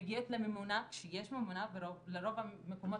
מגיעות לממונה כשיש ממונה וברוב המקומות